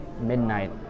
Midnight